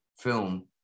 film